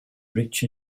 rich